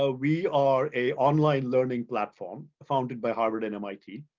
ah we are a online learning platform, founded by harvard and mit.